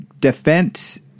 defense